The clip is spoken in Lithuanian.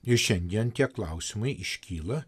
ir šiandien tie klausimai iškyla